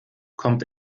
kommt